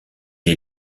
est